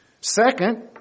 Second